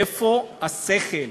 איפה השכל?